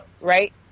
Right